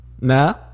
Nah